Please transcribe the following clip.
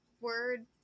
word